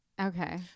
Okay